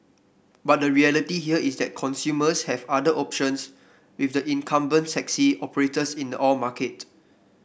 but the reality here is that consumers have other options with the incumbent sexy operators in the all market